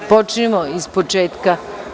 Počnimo iz početka.